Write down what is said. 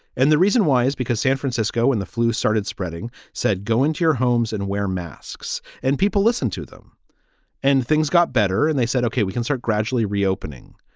and the reason why is because san francisco and the flu started spreading, said, go into your homes and wear masks and people listen to them and things got better. and they said, ok, we can start gradually reopening.